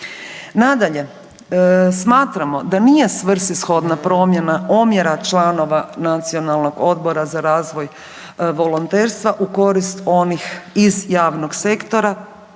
Nadalje, smatramo da nije svrsishodna promjena omjera članova Nacionalnog odbora za razvoj volonterstva u korist onih iz javnog sektora